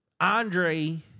Andre